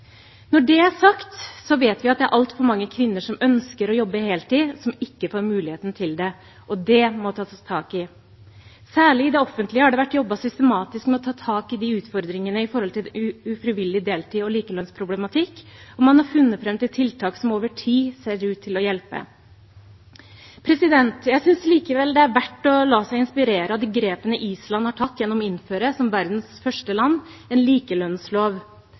Når det er sagt, vet vi at det er altfor mange kvinner som ønsker å jobbe heltid, som ikke får muligheten til det, og det må det tas tak i. Særlig i det offentlige har det vært jobbet systematisk med å ta tak i utfordringene med hensyn til ufrivillig deltid og likelønnsproblematikk, og man har funnet fram til tiltak som over tid ser ut til å hjelpe. Jeg synes likevel det er verdt å la seg inspirere av de grepene Island har tatt gjennom å innføre – som verdens første land – en likelønnslov.